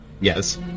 Yes